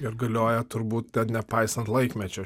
ir galioja turbūt ten nepaisant laikmečio